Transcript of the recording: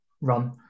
run